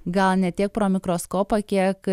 gal ne tiek pro mikroskopą kiek